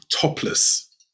topless